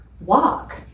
walk